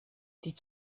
die